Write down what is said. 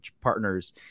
partners